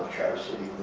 traverse city.